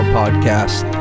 podcast